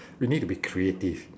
we need to be creative